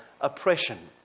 oppression